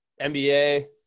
NBA